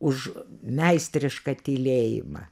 už meistrišką tylėjimą